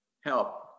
help